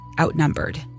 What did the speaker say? outnumbered